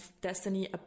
Destiny